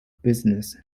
business